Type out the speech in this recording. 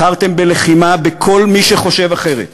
בחרתם בלחימה בכל מי שחושב אחרת,